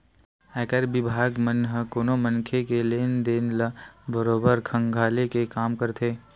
आयकर बिभाग मन ह कोनो मनखे के लेन देन ल बरोबर खंघाले के काम करथे